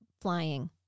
flying